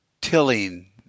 tilling